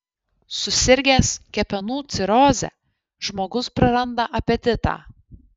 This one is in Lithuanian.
susirgęs kepenų ciroze žmogus praranda apetitą